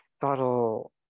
subtle